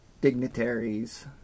dignitaries